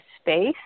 space